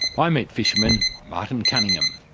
i meet fisherman martin cunningham.